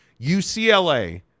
UCLA